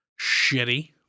Shitty